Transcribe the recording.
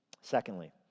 Secondly